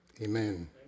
Amen